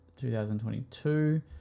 2022